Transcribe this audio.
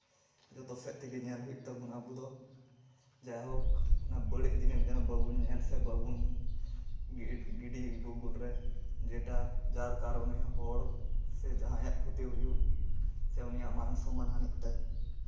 ᱡᱚᱛᱚ ᱥᱮᱫ ᱛᱮᱜᱮ ᱧᱮᱞ ᱦᱩᱭᱩᱜ ᱛᱟᱵᱚᱱᱟ ᱟᱵᱚ ᱫᱚ ᱡᱟᱭᱦᱳᱠ ᱚᱱᱟ ᱵᱟᱹᱲᱤᱡ ᱡᱤᱱᱤᱥ ᱡᱮᱱᱚ ᱵᱟᱵᱚᱱ ᱧᱮᱞ ᱥᱮ ᱵᱟᱵᱚᱱ ᱜᱤᱰᱤᱭ ᱜᱩᱜᱳᱞ ᱨᱮ ᱡᱮᱴᱟ ᱡᱟᱨ ᱠᱟᱨᱚᱱᱮ ᱦᱚᱲ ᱥᱮ ᱡᱟᱦᱟᱸᱭᱟᱜ ᱠᱷᱚᱛᱤ ᱦᱩᱭᱩᱜ ᱥᱮ ᱩᱱᱤᱭᱟᱜ ᱢᱟᱱ ᱥᱚᱱᱢᱟᱱ ᱦᱟᱹᱱᱤᱜ ᱛᱟᱭ